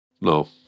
No